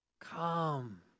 Come